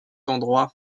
endroit